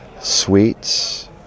sweets